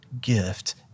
gift